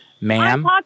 ma'am